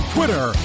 Twitter